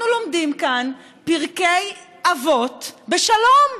אנחנו לומדים כאן פרקי אבות בשלום.